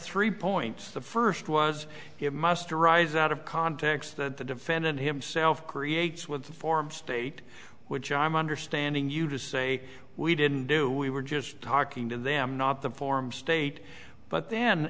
three points the first was it must arise out of context that the defendant himself creates with the form state which i'm understanding you to say we didn't do we were just talking to them not the form state but then